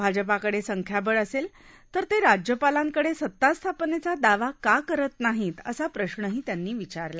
भाजपाकडे संख्याबळ असेल तर ते राज्यपालांकडे सतास्थापनेचा दावा का करीत नाहीत असा प्रश्नही त्यांनी विचारला